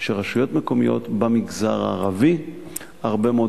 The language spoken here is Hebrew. שרשויות מקומיות במגזר הערבי הרבה מאוד